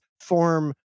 form